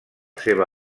seva